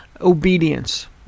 obedience